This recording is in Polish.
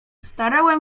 starałem